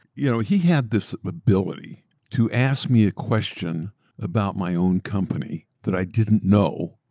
you know he had this ability to ask me a question about my own company that i didn't know,